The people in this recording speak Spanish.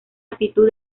actitud